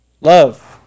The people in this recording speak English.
Love